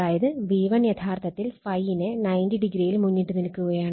അതായത് V1 യഥാർത്ഥത്തിൽ ∅ നെ 90 o ൽ മുന്നിട്ട് നിൽക്കുകയാണ്